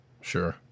Sure